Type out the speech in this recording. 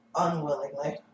unwillingly